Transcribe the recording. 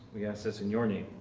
we ask this in your name,